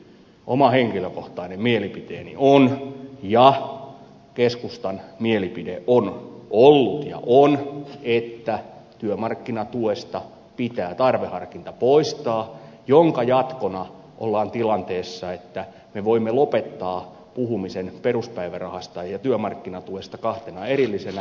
oma henkilökohtainen mielipiteeni on ja keskustan mielipide on ollut ja on että työmarkkinatuesta pitää tarveharkinta poistaa minkä jatkona ollaan tilanteessa että me voimme lopettaa puhumisen peruspäivärahasta ja työmarkkinatuesta kahtena erillisenä